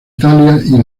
italia